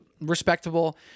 respectable